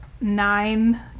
nine